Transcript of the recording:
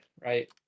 right